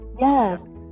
Yes